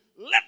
Let